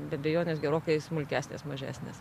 be abejonės gerokai smulkesnės mažesnės